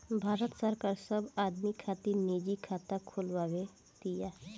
भारत सरकार सब आदमी खातिर निजी खाता खोलवाव तिया